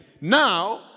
Now